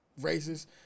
races